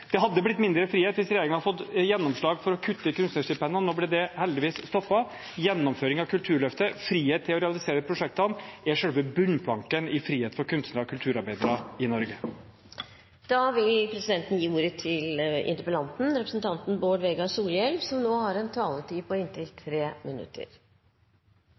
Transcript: Det hadde blitt mindre frihet hvis regjeringen hadde fått gjennomslag for å kutte i kunstnerstipendene – det ble heldigvis stoppet. Gjennomføring av Kulturløftet og frihet til å realisere prosjektene er selve bunnplanken i frihet for kunstnere og kulturarbeidere i Norge. Lat meg nytte anledninga til